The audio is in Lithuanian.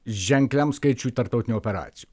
ženkliam skaičiui tarptautinių operacijų